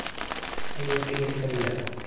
NEFT कइसे कइल जाला?